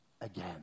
again